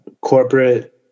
Corporate